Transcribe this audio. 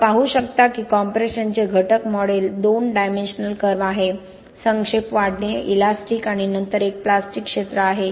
आपण पाहू शकता की कॉम्प्रेशनचे घटक मॉडेल दोन डायमेन्शनल कर्व्ह आहे संक्षेप वाढणे इलॅस्टिक आणि नंतर एक प्लास्टिक क्षेत्र आहे